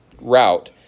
route